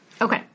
Okay